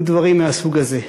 ודברים מהסוג הזה.